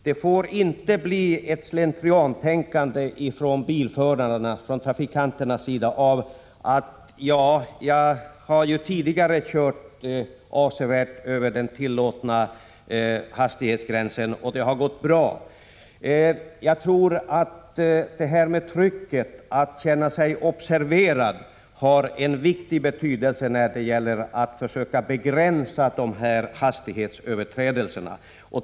Det får inte bli så att de slentrianmässigt tänker: Jag har tidigare kört avsevärt över de tillåtna hastighetsgränserna, och det har ju gått bra. Jag tror alltså att trycket som skapas när trafikanterna känner sig observerade har en stor betydelse när det gäller att försöka begränsa trafiköverträdelserna.